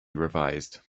revised